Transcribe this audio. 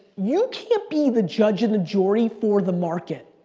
you can't be the judge and the jury for the market.